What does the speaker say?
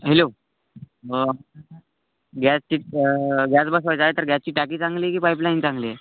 hello गॅसची gas बसवायचा आहे तर गॅसची टाकी चांगली आहे की पाईपलाईन चांगली आहे